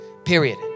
period